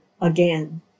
again